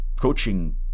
coaching